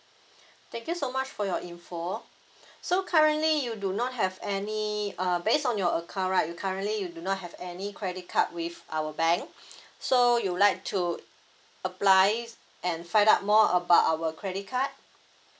thank you so much for your info so currently you do not have any uh based on your account right you currently you do not have any credit card with our bank so you would like to apply and find out more about our credit card